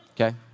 Okay